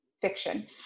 fiction